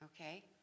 Okay